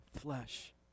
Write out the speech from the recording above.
flesh